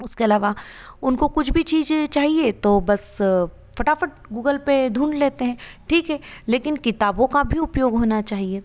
उसके अलावा उनको कुछ भी चीज़ चाहिए तो बस फटाफट गूगल पर ढूंढ लेते हैं ठीक है लेकिन किताबों का भी उपयोग होना चाहिए